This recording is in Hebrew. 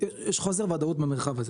יש חוסר וודאות במרחב הזה,